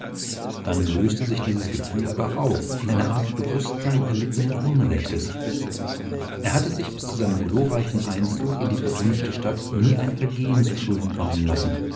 dann löste sich dieses gefühl aber auf in eine art bewußtsein erlittenen unrechtes er hatte sich bis zu seinem glorreichen einzug in die verwünschte stadt nie ein vergehen zuschulden kommen lassen